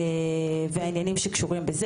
ועניינים דומים.